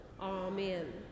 Amen